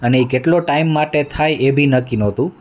અને એ કેટલો ટાઈમ માટે થાય એ બી નક્કી નહોતું